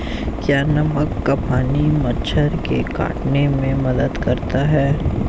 क्या नमक का पानी मच्छर के काटने में मदद करता है?